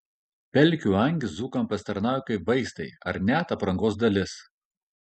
pelkių angys dzūkams pasitarnauja kaip vaistai ar net aprangos dalis